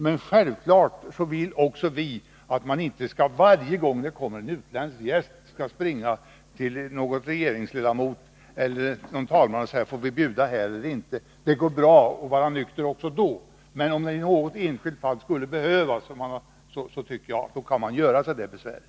Men självfallet tycker inte heller vi att man varje gång det kommer en utländsk gäst skall springa till någon regeringsledamot eller m.m. talman och fråga om man får bjuda eller inte. Det går bra att vara nykter också då, men om det i något enskilt fall skulle behövas kan man göra sig besväret att fråga om man får bjuda.